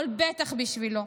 אבל בטח בשבילו.